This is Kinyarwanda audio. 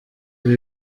ibi